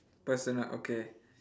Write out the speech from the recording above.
personal okay